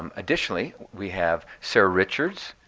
um additionally, we have sarah richards,